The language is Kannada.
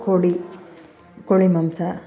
ಕೋಳಿ ಕೋಳಿಮಾಂಸ